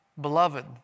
beloved